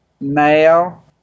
male